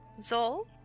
Zol